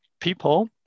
people